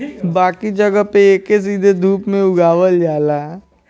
बाकी जगह पे एके सीधे धूप में उगावल जाला